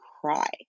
cry